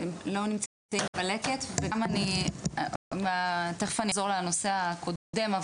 נמצאים בלקט וגם אני תיכף אני אחזור לנושא הקודם,